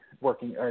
working